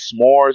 s'mores